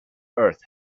earth